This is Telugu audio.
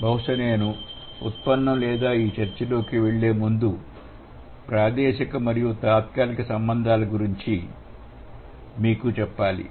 బహుశా నేను ఈ ఉత్పన్నం లేదా ఈ చర్చలోకి వెళ్ళే ముందు ప్రాదేశిక మరియు తాత్కాలిక సంబంధాల గురించి కొన్ని విషయాలు మీకు చెప్పాలి